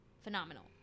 Phenomenal